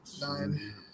Nine